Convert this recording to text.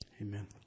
Amen